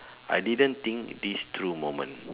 I didn't think this through moment